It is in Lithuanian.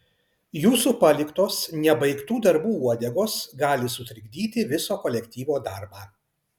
jūsų paliktos nebaigtų darbų uodegos gali sutrikdyti viso kolektyvo darbą